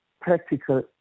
practical